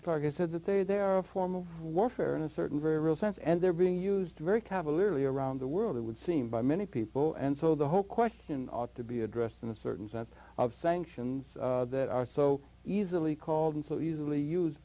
target said that there are a form of warfare in a certain very real sense and they're being used very cavalierly around the world it would seem by many people and so the whole question ought to be addressed in a certain sense of sanctions that are so easily called and so easily used